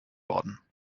worden